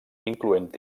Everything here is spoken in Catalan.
incloent